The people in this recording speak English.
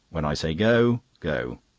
when i say go, go.